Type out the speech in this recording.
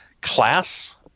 class